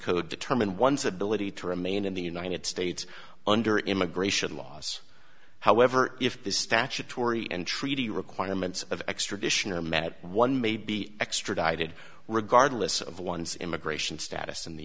code determine one's ability to remain in the united states under immigration laws however if the statutory and treaty requirements of extradition are met one may be extradited regardless of one's immigration status in the